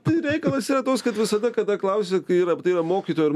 tai reikalas yra toks kad visada kada klausia kai yra tai yra mokytojo ir